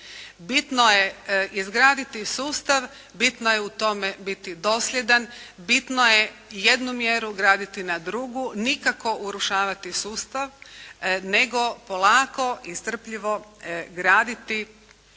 Bitno je izgraditi sustav, bitno je u tome biti dosljedan, bitno je jednu mjeru graditi na drugu, nikako urušavati sustav nego polako i strpljivo graditi